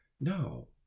No